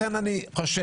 לכן אני חושב,